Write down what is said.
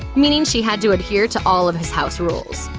meaning she had to adhere to all of his house rules.